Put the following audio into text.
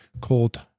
called